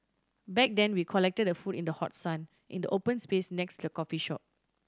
back then we collected the food in the hot sun in the open space next the coffee shop